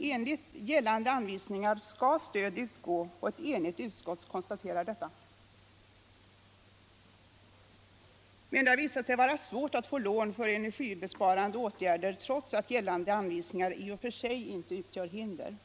Enligt gällande anvisningar skall stöd utgå, och ett enigt utskott konstaterar detta. Men det har visat sig vara svårt att få lån för energibesparande åtgärder trots att gällande anvisningar i och för sig inte utgör hinder.